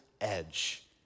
edge